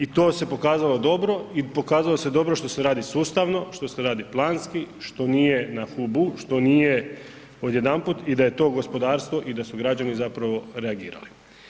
I to se pokazalo dobro i pokazalo se dobro što se radi sustavno, što se radi planski, što nije na hu bu, što nije odjedanput i da je to gospodarstvo i da su građani zapravo reagirali.